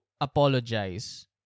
apologize